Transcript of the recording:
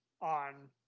on